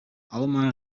allemaal